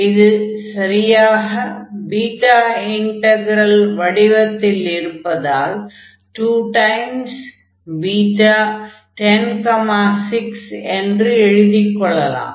இது சரியாக beta integral வடிவத்தில் இருப்பதால் 2B106 என்று எழுதிக்கொள்ளலாம்